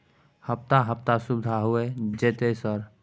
हफ्ता हफ्ता सुविधा होय जयते सर?